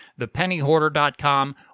thepennyhoarder.com